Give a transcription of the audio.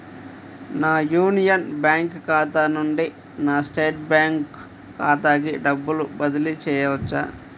నా Union Bank ఖాతా నుండి నా స్టేట్ బ్యాంకు ఖాతాకి డబ్బు బదిలి చేయవచ్చా?